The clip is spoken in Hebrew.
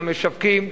למשווקים,